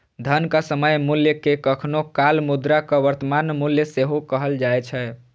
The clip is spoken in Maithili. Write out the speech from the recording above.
धनक समय मूल्य कें कखनो काल मुद्राक वर्तमान मूल्य सेहो कहल जाए छै